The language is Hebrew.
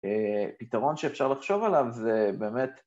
פתרון שאפשר לחשוב עליו זה באמת...